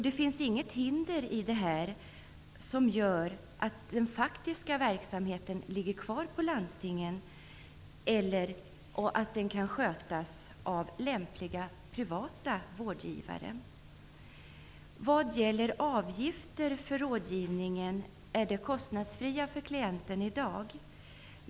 Det finns i detta inget hinder att den faktiska verksamheten ligger kvar hos landstingen eller sköts av lämpliga privata rådgivare. Vad gäller avgifter för rådgivningen är den i dag kostnadsfri för klienten.